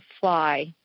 fly